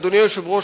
אדוני היושב-ראש,